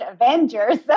Avengers